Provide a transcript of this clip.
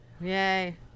Yay